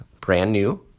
brand-new